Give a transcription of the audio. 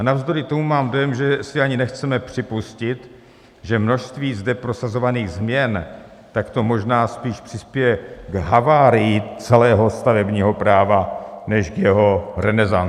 A navzdory tomu mám dojem, že si ani nechceme připustit, že množství zde prosazovaných změn tak to možná spíš přispěje k havárii celého stavebního práva než k jeho renesanci.